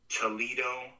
Toledo